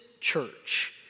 church